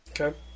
Okay